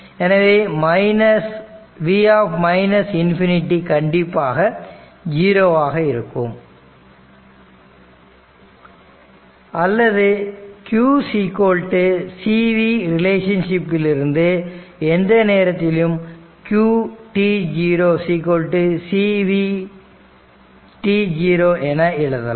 எனவே v ∞ கண்டிப்பாக 0 ஆக இருக்கும் அல்லது q c v relationship இல் இருந்து எந்த ஒரு நேரத்திலும் qt0 c vt0 என எழுதலாம்